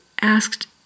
asked